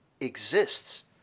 exists